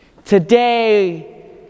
Today